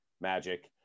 magic